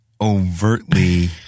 overtly